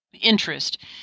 interest